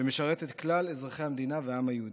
שמשרת את כלל אזרחי המדינה והעם היהודי.